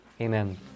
Amen